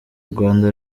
rwanda